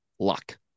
Luck